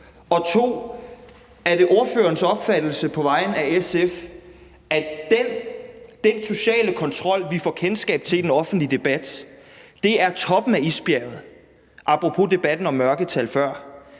2: Er det ordførerens opfattelse på vegne af SF, at den sociale kontrol, vi får kendskab til i den offentlige debat, er toppen af isbjerget, apropos debatten om mørketal før,